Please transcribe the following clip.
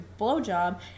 blowjob